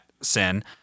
sin